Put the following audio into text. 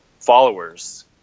followers